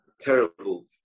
Terrible